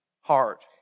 heart